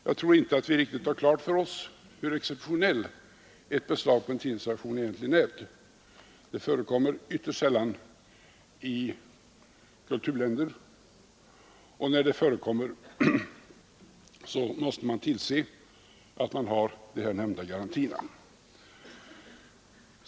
Jag tror inte att vi riktigt har klart för oss hur exceptionellt ett beslag på en tidningsredaktion är. Det förekommer ytterst sällan i kulturländer, och när det förekommer måste man tillse att man har de här nämnda garantierna.